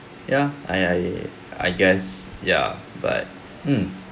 ya I I I guess ya but mm